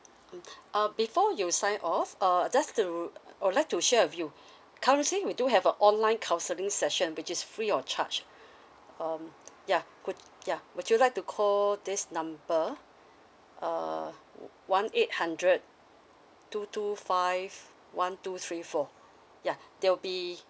uh before you sign off err just to I would like to share with you currently we do have a online counselling session which is free of charge um yeah could yeah would you like to call this number uh one eight hundred two two five one two three four ya there will be